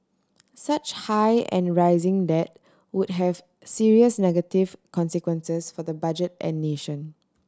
such high and rising debt would have serious negative consequences for the budget and nation